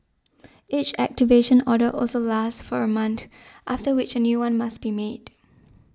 each activation order also lasts for a mount after which a new one must be made